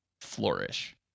flourish